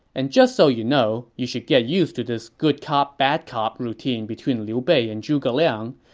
and just so you know, you should get used to this good-cop-bad-cop routine between liu bei and zhuge liang.